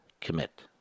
commit